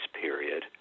Period